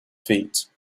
feet